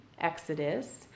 Exodus